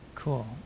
Cool